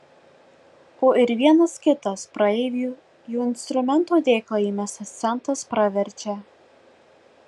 o ir vienas kitas praeivių į instrumento dėklą įmestas centas praverčia